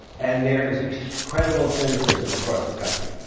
and there is incredible cynicism across the country.